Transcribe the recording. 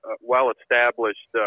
well-established